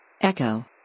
Echo